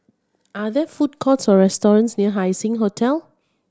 are there food courts or restaurants near Haising Hotel